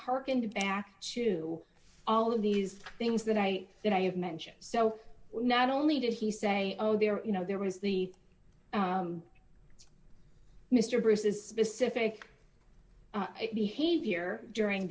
harkened back to all of these things that i that i have mentioned so not only did he say oh there you know there was the mr bruce's specific behavior during